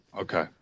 okay